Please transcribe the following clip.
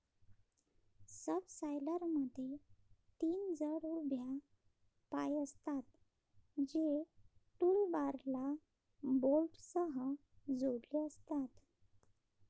सबसॉयलरमध्ये तीन जड उभ्या पाय असतात, जे टूलबारला बोल्टसह जोडलेले असतात